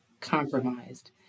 compromised